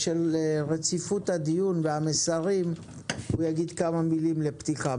בשל רציפות הדיון והמסרים הוא יגיד כמה ימים לפתיחה.